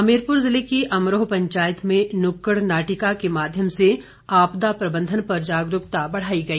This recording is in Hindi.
हमीरपुर जिले की अमरोह पंचायत में नुक्कड़ नाटिका के माध्यम से आपदा प्रबंधन पर जागरूकता बढ़ाई गई